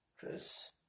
Cause